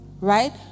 right